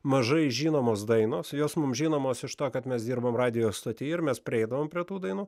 mažai žinomos dainos jos mum žinomos iš to kad mes dirbom radijo stotyje ir mes prieidavom prie tų dainų